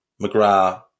McGrath